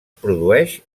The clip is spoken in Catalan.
produeix